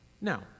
Now